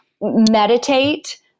meditate